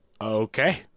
Okay